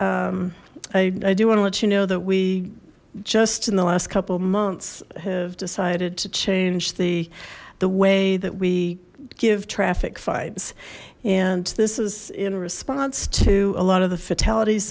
i do want to let you know that we just in the last couple of months have decided to change the the way that we give traffic phibes and this is in a response to a lot of the fatalities